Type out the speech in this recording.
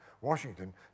Washington